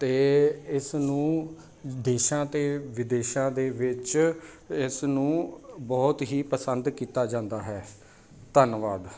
ਅਤੇ ਇਸ ਨੂੰ ਦੇਸ਼ਾਂ ਅਤੇ ਵਿਦੇਸ਼ਾਂ ਦੇ ਵਿੱਚ ਇਸ ਨੂੰ ਬਹੁਤ ਹੀ ਪਸੰਦ ਕੀਤਾ ਜਾਂਦਾ ਹੈ ਧੰਨਵਾਦ